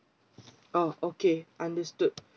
oh okay understood so